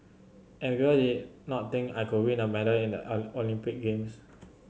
and people not think I could win a medal in the Olympic games